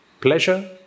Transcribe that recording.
pleasure